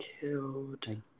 killed